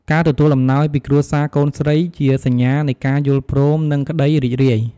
ការទទួលអំណោយពីគ្រួសារកូនស្រីជាសញ្ញានៃការយល់ព្រមនិងក្តីរីករាយ។